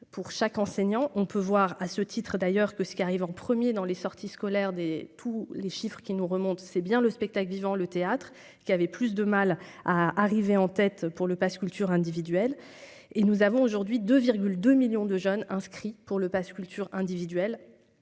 pour chaque enseignant, on peut voir à ce titre d'ailleurs que ce qui arrive en 1er dans les sorties scolaires des tous les chiffres qui nous remonte, c'est bien le spectacle vivant, le théâtre qui avait plus de mal à arriver en tête pour le Pass culture individuelle et nous avons aujourd'hui 2 2 millions de jeunes inscrits pour le Pass culture individuelle